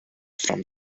from